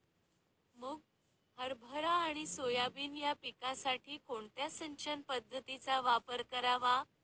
मुग, हरभरा आणि सोयाबीन या पिकासाठी कोणत्या सिंचन पद्धतीचा वापर करावा?